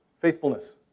faithfulness